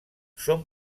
son